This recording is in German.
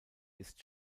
ist